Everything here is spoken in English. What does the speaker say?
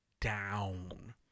down